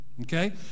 Okay